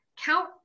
count